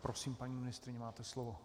Prosím, paní ministryně, máte slovo.